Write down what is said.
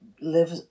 live